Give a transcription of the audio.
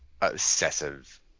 obsessive